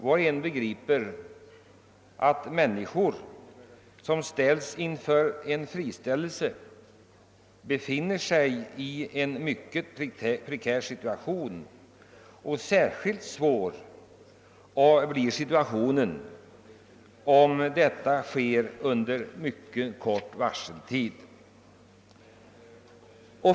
Var och en förstår att människor som ställs inför en friställelse befinner sig i en mycket prekär situation, vilken blir särskilt svår om friställelsen sker med kort varsel.